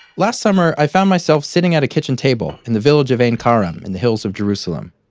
last summer i found myself sitting at a kitchen table in the village of ein kerem, in the hills of jerusalem.